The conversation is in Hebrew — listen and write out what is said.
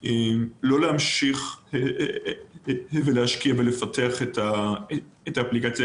לא להמשיך להשקיע ולפתח את האפליקציה.